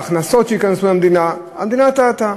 בהכנסות שייכנסו למדינה המדינה טעתה,